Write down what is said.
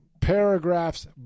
paragraphs